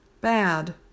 Bad